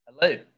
Hello